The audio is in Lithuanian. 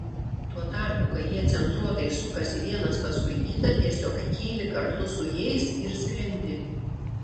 tuo tarpu kai jie centruotai sukasi vienas paskui kitą tiesiog kyli kartu su jais ir skrendi